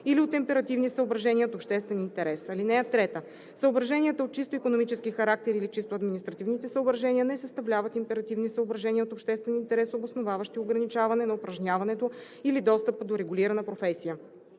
или от императивни съображения от обществен интерес. (3) Съображенията от чисто икономически характер или чисто административните съображения не съставляват императивни съображения от обществен интерес, обосноваващи ограничаване на упражняването или достъпа до регулирана професия.